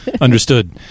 Understood